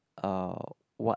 uh what